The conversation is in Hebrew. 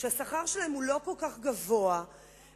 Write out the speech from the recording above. שהשכר שלהן הוא לא כל כך גבוה וההוצאות